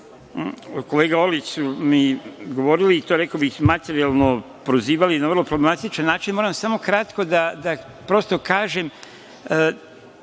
kolega Orlić su mi govorili i to, rekao bih, materijalno prozivali na vrlo problematičan način, moram samo kratko da prosto kažem.